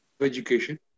education